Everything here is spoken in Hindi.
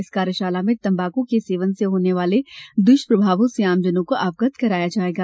इस कार्यशाला में तंबाकू के सेवन से होने वाले दुष्प्रभावों से आम जनों को अवगत कराया जाएगा